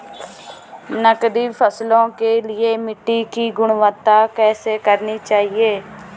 नकदी फसलों के लिए मिट्टी की गुणवत्ता कैसी रखनी चाहिए?